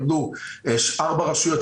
ארבע רשויות,